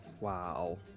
wow